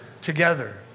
together